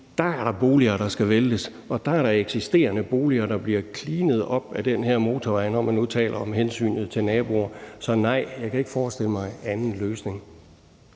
dér er der boliger, der skal væltes, og dér er der eksisterende boliger, der bliver klinet op ad den her motorvej, når man nu taler om hensynet til naboer. Så nej, jeg kan ikke forestille mig anden løsning.